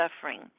suffering